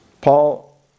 Paul